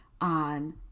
on